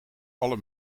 alle